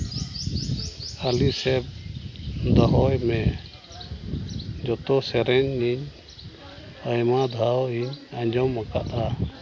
ᱚᱞᱤ ᱥᱮᱵᱷ ᱫᱚᱦᱚᱭ ᱢᱮ ᱡᱚᱛᱚ ᱥᱮᱨᱮᱧᱤᱧ ᱟᱭᱢᱟ ᱫᱷᱟᱣᱤᱧ ᱟᱸᱡᱚᱢᱟᱠᱟᱫᱼᱟ